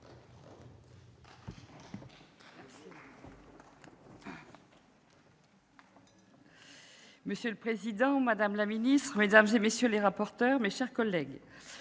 Monsieur le président, madame la ministre, madame, messieurs les rapporteurs, mes chers collègues,